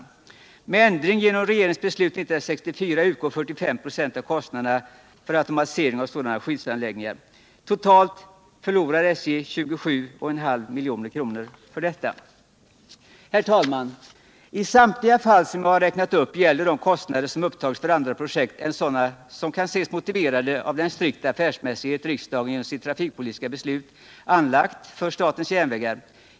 Efter ändring genom regeringens beslut 1964 utgår 45 96 av kostnaden för automatisering av sådana skyddsanläggningar. Totalt förlorar SJ 27,5 milj.kr. på detta. Herr talman! I samtliga fall som jag räknat upp gäller det kostnader som upptagits för andra projekt än sådana som kan anses motiverade av den strikta affärsmässighet riksdagen genom sitt trafikpolitiska beslut föreskrivit för statens järnvägar.